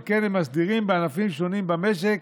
שכן הם מסדירים ענפים שונים במשק: